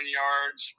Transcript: yards